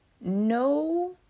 No